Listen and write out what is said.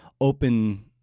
open